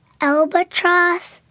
albatross